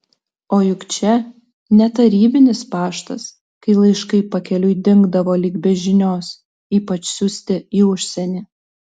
o juk čia ne tarybinis paštas kai laiškai pakeliui dingdavo lyg be žinios ypač siųsti į užsienį